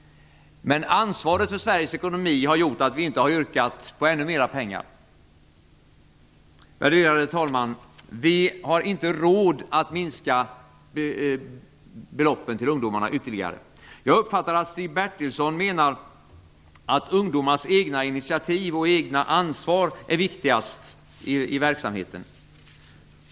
Men ansvaret för Sveriges ekonomi har gjort att vi inte har yrkat på ännu mer pengar. Värderade talman! Vi har inte råd att ytterligare minska beloppen till ungdomarna. Jag uppfattade att Stig Bertilsson menar att det viktigaste i verksamheten är att ungdomarna tar egna initiativ och eget ansvar.